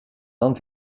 dan